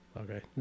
okay